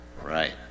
Right